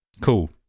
Cool